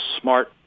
smart